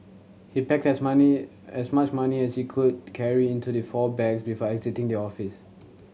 he packed as money as much money as he could carry into the four bags before exiting the office